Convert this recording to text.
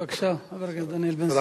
בבקשה, חבר הכנסת דניאל בן-סימון.